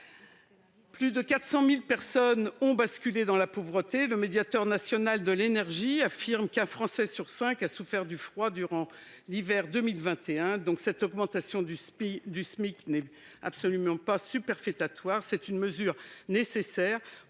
Plus de 400 000 personnes ont basculé dans la pauvreté. Le Médiateur national de l'énergie affirme qu'un Français sur cinq a souffert du froid durant l'hiver 2021. Cette augmentation du SMIC n'est donc absolument pas superfétatoire : c'est une mesure nécessaire